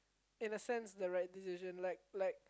in a sense the right decision like like